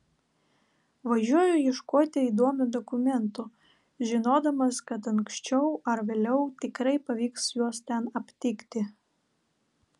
važiuoju ieškoti įdomių dokumentų žinodamas kad anksčiau ar vėliau tikrai pavyks juos ten aptikti